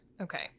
Okay